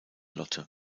lotte